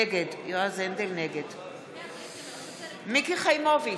נגד מיקי חיימוביץ'